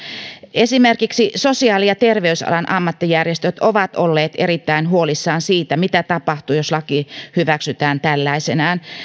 esimerkiksi sosiaali ja terveysalan ammattijärjestöt ovat olleet erittäin huolissaan siitä mitä tapahtuu jos laki hyväksytään tällaisenaan